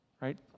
right